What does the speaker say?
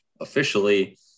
officially